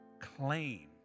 claim